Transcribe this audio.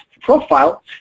profile